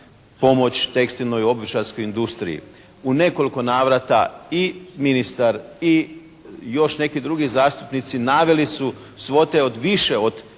pomoć tekstilnoj i obućarskoj industriji. U nekoliko navrata i ministar i još neki drugi zastupnici naveli su svote od više od